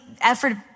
effort